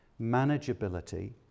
manageability